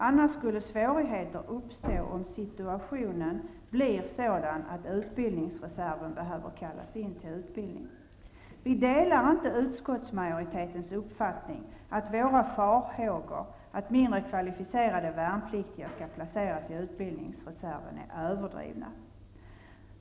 Annars skulle svårigheter uppstå om situationen blev sådan att utbildningsreserven behöver kallas in till utbildning. Vi delar inte utskottsmajoritetens uppfattning att våra farhågor att mindre kvalificerade värnpliktiga skall placeras i utbildningsreserven är överdrivna.